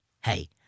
hey